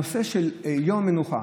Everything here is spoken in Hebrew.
הנושא של יום מנוחה,